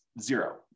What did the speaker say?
zero